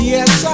Yes